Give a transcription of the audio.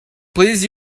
please